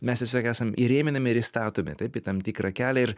mes tiesiog esam įrėminami ir įstatomi taip į tam tikrą kelią ir